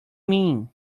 mean